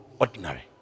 Ordinary